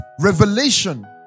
revelation